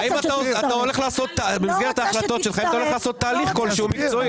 האם אתה הולך לעשות במסגרת ההחלטות שלך תהליך כלשהו מקצועי?